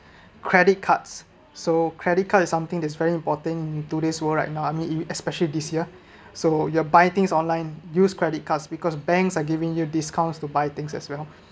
credit cards so credit card is something is very important in today's world right now I mean especially this year so you’re buy things online use credit cards because banks are giving you discounts to buy things as well